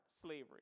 slavery